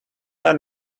are